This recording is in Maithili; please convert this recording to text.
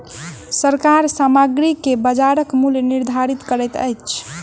सरकार सामग्री के बजारक मूल्य निर्धारित करैत अछि